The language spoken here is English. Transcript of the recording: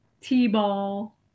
t-ball